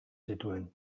zituen